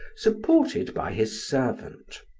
supported by his servant.